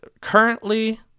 currently